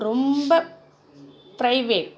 ரொம்ப ப்ரைவேட்